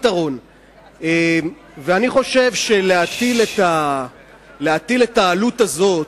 אני חושב שלהטיל את העלות הזאת,